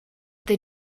they